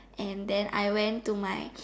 and then I went to my